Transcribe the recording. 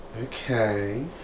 Okay